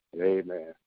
amen